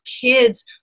kids